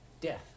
Death